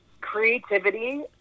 creativity